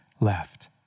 left